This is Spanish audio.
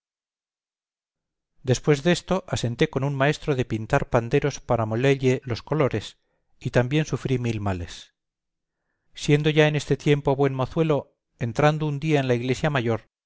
después desto asenté con un maestro de pintar panderos para molelle los colores y también sufrí mil males siendo ya en este tiempo buen mozuelo entrando un día en la iglesia mayor